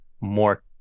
more